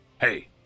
Hey